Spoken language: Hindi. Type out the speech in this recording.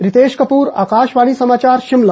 रितेश कपूर आकाशवाणी समाचार शिमला